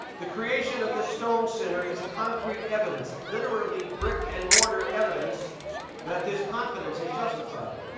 the creation of the stone center is concrete evidence, literally brick and mortar evidence that this confidence is justified.